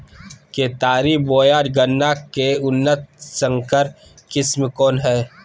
केतारी बोया गन्ना के उन्नत संकर किस्म कौन है?